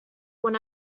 when